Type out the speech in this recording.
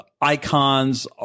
icons